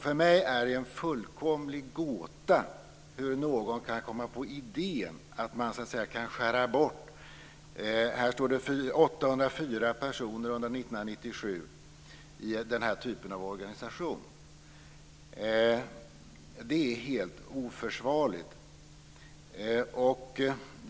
För mig är det en fullkomlig gåta hur någon kan komma på idén att man kan skära bort, enligt vad som står i betänkandet, 804 personer under 1997 i den här typen av organisation. Det är helt oförsvarligt.